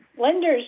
lenders